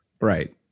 Right